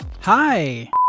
Hi